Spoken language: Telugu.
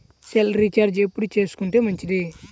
సెల్ రీఛార్జి ఎప్పుడు చేసుకొంటే మంచిది?